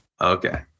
Okay